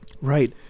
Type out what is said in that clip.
Right